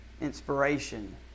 inspiration